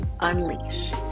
unleash